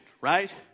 right